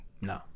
No